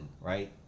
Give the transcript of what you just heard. right